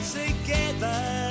together